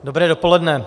Dobré dopoledne.